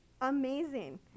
amazing